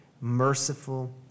merciful